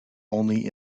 only